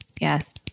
Yes